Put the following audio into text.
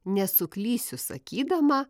nesuklysiu sakydama